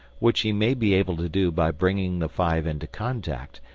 which he may be able to do by bringing the five into contact,